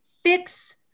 fix